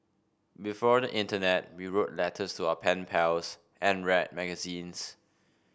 before the internet we wrote letters to our pen pals and read magazines